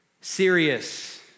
serious